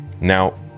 Now